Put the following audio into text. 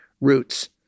roots